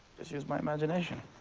just use my imagination.